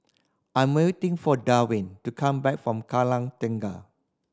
I'm waiting for Darwin to come back from Kallang Tengah